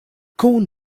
corn